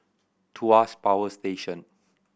Tuas Power Station